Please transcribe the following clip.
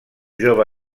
jove